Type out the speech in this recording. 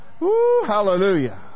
hallelujah